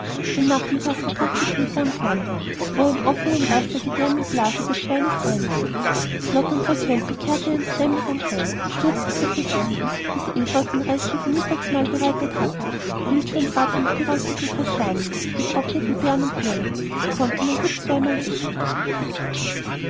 den nachmittag verbrachte peter am klammbach wo er im offenen wasser gedärm und blase des schweins reinigte schlotternd vor kälte kehrte er in der dämmerung heim und stürzte sich auf das essen das eva aus den resten vom mittagsmahl bereitet hatte wildschweinbraten mit gerösteten kastanien getrockneten beeren und birnen das konnte man gut zweimal essen